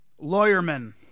Lawyerman